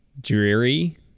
dreary